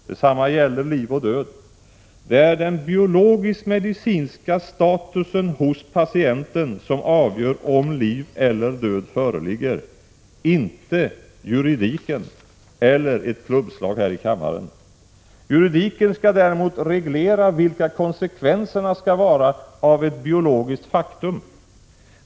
Detsamma gäller liv och död. Det är den biologisk-medicinska statusen hos patienten som avgör om liv eller död föreligger — inte juridiken eller ett klubbslag här i kammaren. Juridiken skall däremot reglera vilka konsekvenserna skall vara av ett biologiskt faktum.